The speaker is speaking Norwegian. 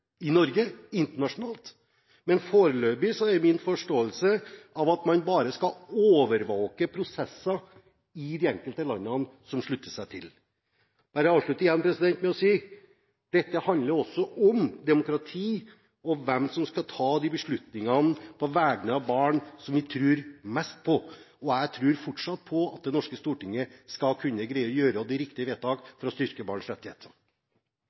i Norge og internasjonalt, men foreløpig er min forståelse av dette at man bare skal overvåke prosesser i de enkelte landene som slutter seg til. Jeg avslutter med å si – igjen: Dette handler også om demokrati og hvem vi tror mest på til å ta beslutninger på vegne av barn. Jeg tror fortsatt på at det norske storting skal greie å fatte de riktige vedtakene for å styrke barns rettigheter.